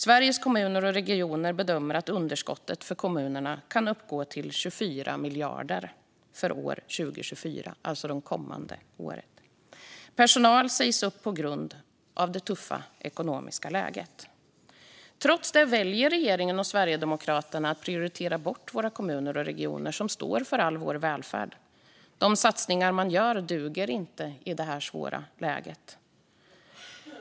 Sveriges Kommuner och Regioner bedömer att underskottet för kommunerna kan uppgå till 24 miljarder för 2024, alltså det kommande året. Personal sägs upp på grund av det tuffa ekonomiska läget. Trots detta väljer regeringen och Sverigedemokraterna att prioritera bort våra kommuner och regioner, som står för all vår välfärd. De satsningar man gör duger inte i det här svåra läget.